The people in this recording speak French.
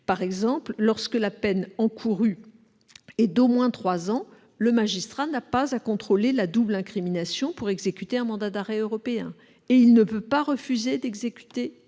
matière pénale : lorsque la peine encourue est d'au moins trois ans, par exemple, le magistrat n'a pas à contrôler la double incrimination pour exécuter un mandat d'arrêt européen ; de même, il ne peut refuser d'exécuter